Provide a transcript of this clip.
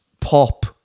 pop